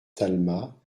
talma